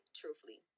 truthfully